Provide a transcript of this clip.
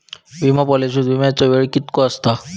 विमा पॉलिसीत विमाचो वेळ कीतको आसता?